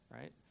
right